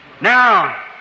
now